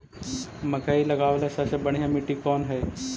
मकई लगावेला सबसे बढ़िया मिट्टी कौन हैइ?